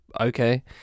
okay